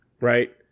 Right